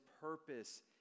purpose